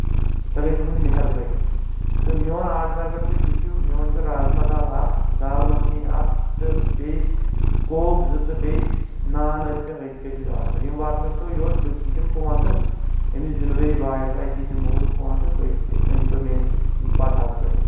سۄ گے تُہنٛز مہربٲنی تہٕ میون آڈر اَگر تُہۍ لیٖکھِو میون چھُ رازما دال اکھ دال مَکھنۍ اکھ تہٕ بیٚیہِ کوک زٕ تہٕ بیٚیہِ نان ٲسۍ مےٚ کٔرمٕتۍ آڈر یِم واتنٲنو تو یوٚت بہٕ دِمہٕ پونسہٕ اَمِس ڈیٚلؤری بایس اَتھِ دِمو بہٕ پونٛسہٕ تُہۍ أنۍتو میٲنِس پَتہس پٮ۪ٹھ یہِ